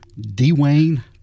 Dwayne